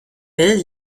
will